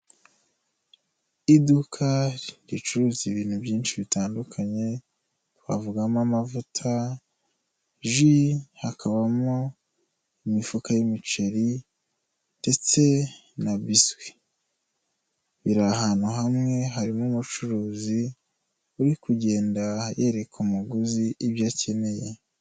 Iduka ricuruza ibintu byinshi bitandukanye, twavugamo amavuta, ji, hakabamo imifuka y'imiceri ndetse na biswi. Biri ahantu hamwe, harimo umucuruzi uri kugenda yereka umuguzi ibyo akeneye.